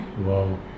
Wow